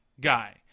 guy